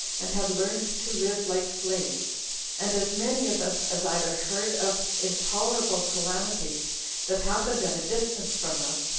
and had learned to live like slaves and as many of us as either heard of intolerable calamities that happened at a distance from us,